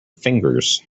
fingers